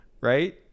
Right